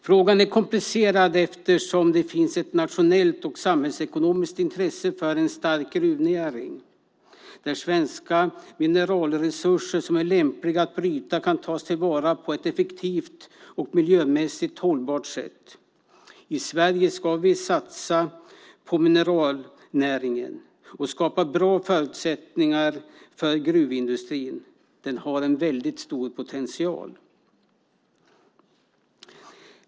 Frågan är komplicerad eftersom det finns ett nationellt och ett samhällsekonomiskt intresse för en stark gruvnäring där svenska mineralresurser som är lämpliga att bryta kan tas till vara på ett effektivt och miljömässigt hållbart sätt. I Sverige ska vi satsa på mineralnäringen och skapa bra förutsättningar för gruvindustrin. Den har en väldigt stor potential.